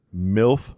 Milf